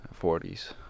40s